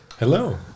Hello